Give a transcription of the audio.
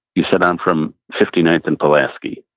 you said, i'm from fifty ninth and pulaski,